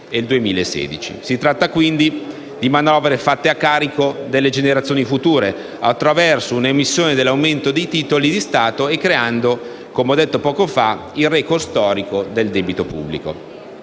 Si tratta, quindi, di manovre fatte a carico delle generazioni future attraverso un aumento dell'emissione dei titoli di Stato e creando, come ho detto poco fa, il *record* storico del debito pubblico.